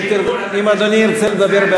אני לא מוותר.